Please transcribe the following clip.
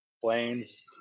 planes